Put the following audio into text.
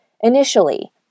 initially